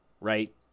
right